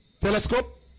Telescope